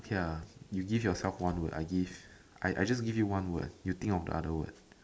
ya you give yourself one word I give I I just give you one word you think of the other word